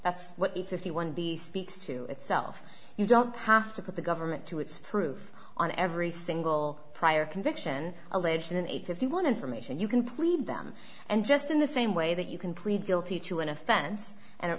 that's what the fifty one b speaks to itself you don't have to put the government to its proof on every single prior conviction alleged in an eight if you want information you can plead them and just in the same way that you can plead guilty to an offense and it